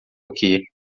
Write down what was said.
aqui